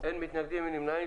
אין מתנגדים, אין נמנעים.